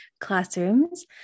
classrooms